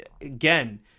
again